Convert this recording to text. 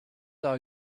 are